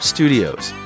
Studios